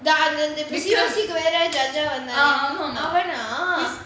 judge ah வந்தங்களே அவனா:vanthaangalae avanaa